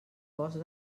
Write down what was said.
bosc